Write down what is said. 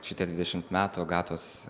šitie dvidešimt metų agatos